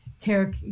care